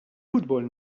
futbol